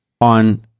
on